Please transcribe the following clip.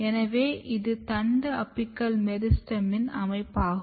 எனவே இது தண்டு அபிக்கல் மெரிஸ்டெமின் அமைப்பாகும்